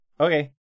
okay